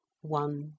One